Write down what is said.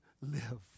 live